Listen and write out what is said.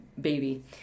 baby